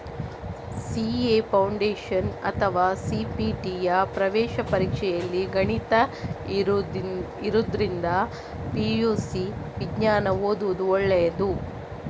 CA foundation ಅಥವಾ ಸಿ.ಪಿ.ಟಿಯ ಪ್ರವೇಶ ಪರೀಕ್ಷೆಯಲ್ಲಿ ಗಣಿತ ಇರುದ್ರಿಂದ ಪಿ.ಯು.ಸಿ ವಿಜ್ಞಾನ ಓದುದು ಒಳ್ಳೇದು